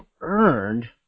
earned